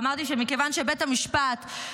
אמרתי שמכיוון שבית המשפט,